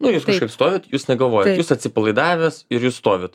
nu jūs kažkaip stovit jūs negalvojat jūs atsipalaidavęs ir jūs stovit